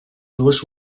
dues